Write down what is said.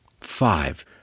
five